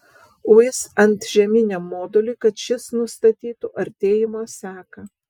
uis antžeminiam moduliui kad šis nustatytų artėjimo seką